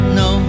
no